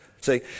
See